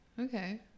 Okay